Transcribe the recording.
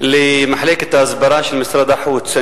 למחלקת ההסברה של משרד החוץ.